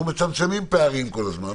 אנחנו מצמצמים פערים כל הזמן,